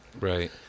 Right